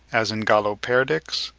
as in galloperdix,